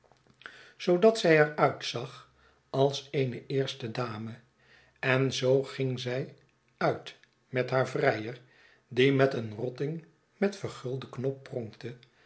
zoodat zij er uitzag als eene eerste dame en zoo ging zij uit met haar vrijer die met een rotting met vergulden knop